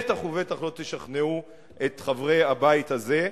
בטח ובטח לא תשכנעו את חברי הבית הזה.